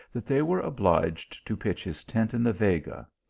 that they were obliged to pitch his tent in the vega.